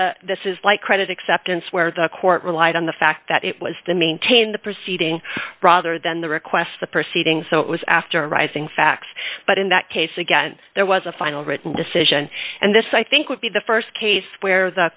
different this is like credit acceptance where the court relied on the fact that it was to maintain the proceeding rather than the request the proceedings so it was after rising facts but in that case again there was a final written decision and this i think would be the st case where the